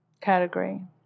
category